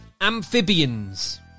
amphibians